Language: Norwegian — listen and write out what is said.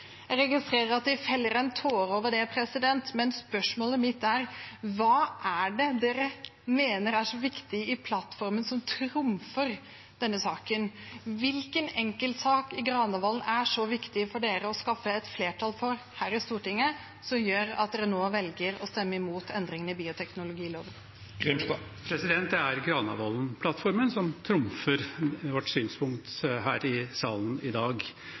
Jeg registrerer at de feller en tåre over det, men spørsmålet mitt er: Hva er det Venstre mener er så viktig i plattformen, som trumfer denne saken? Hvilken enkeltsak i Granavolden er så viktig for Venstre å skaffe et flertall for her i Stortinget at Venstre nå velger å stemme imot endringene i bioteknologiloven? Det er Granavolden-plattformen som trumfer vårt synspunkt her i salen i dag.